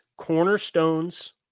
Cornerstones